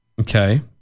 Okay